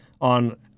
on